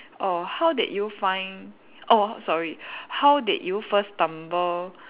oh how did you find oh sorry how did you first stumble